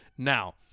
now